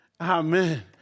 Amen